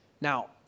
Now